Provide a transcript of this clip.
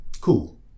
cool